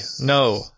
No